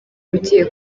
ugiye